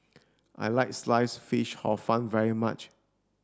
I like sliced fish hor fun very much